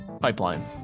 pipeline